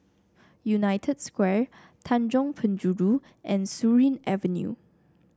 United Square Tanjong Penjuru and Surin Avenue